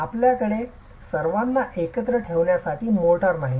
आपल्याकडे सर्वांना एकत्र ठेवण्यासाठी मोर्टार नाही